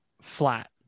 flat